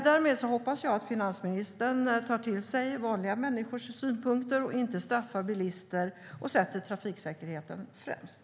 Därmed hoppas jag att finansministern tar till sig vanliga människors synpunkter, att hon inte straffar bilister och att hon sätter trafiksäkerheten främst.